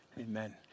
Amen